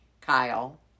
Kyle